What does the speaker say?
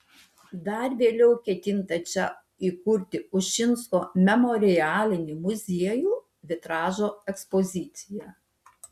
dar vėliau ketinta čia įkurti ušinsko memorialinį muziejų vitražo ekspoziciją